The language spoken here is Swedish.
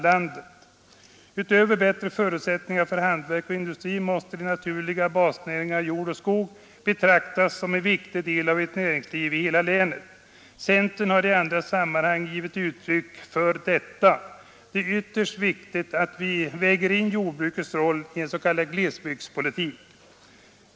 Nr 101 Wtöver bättre förutsättningar för hantverk och industri måste de Måndagen den naturliga basnäringarna jord och skog betraktas som en viktig del av ett 28 maj 1973 näringsliv i hela länet. Centern har i andra sammanhang givit uttryck för. —ZSC5-—— denna uppfattning. Det är ytterst viktigt att vi väger in jordbrukets roll i Den regionalen s.k. glesbygdspolitik.